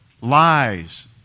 Lies